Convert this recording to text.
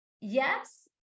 Yes